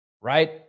right